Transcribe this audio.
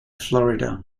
florida